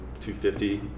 250